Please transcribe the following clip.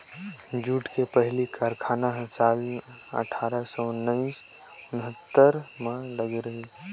jute के पहिली कारखाना ह साल अठारा सौ उन्हत्तर म लगे रहिस